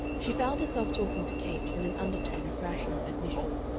she found herself talking to capes in an undertone of rational admission.